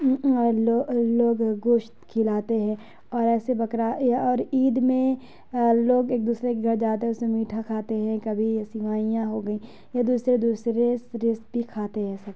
اور لوگ گوشت کھلاتے ہیں اور ایسے بکرا یا اور عید میں لوگ ایک دوسرے کے گھر جاتے ہیں اس میں میٹھا کھاتے ہیں کبھی سوئیاں ہو گئیں یا دوسرے دوسرے رزق بھی کھاتے ہیں سب